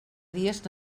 dies